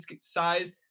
size